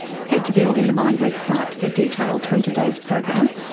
head to the all in the mind website for details from today's program,